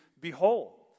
behold